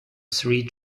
three